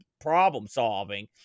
problem-solving